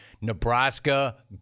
Nebraska